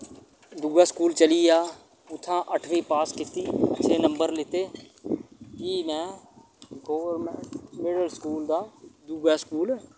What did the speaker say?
दुऐ स्कुल चली गेआ उत्थैआ अट्ठमी पास कित्ती अच्छे नंबर लैते फ्ही मैं गवर्नमेंट मिडिल स्कूल दा दुऐ स्कूल